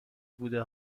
بوده